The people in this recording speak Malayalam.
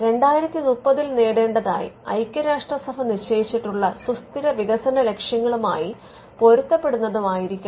2030ൽ നേടേണ്ടതായി ഐക്യരാഷ്ട്രസഭ നിശ്ചയിച്ചിട്ടുള്ള സുസ്ഥിര വികസന ലക്ഷ്യങ്ങളുമായി പൊരുത്തപ്പെടുന്നതുമായിരിക്കണം